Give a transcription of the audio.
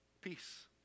Peace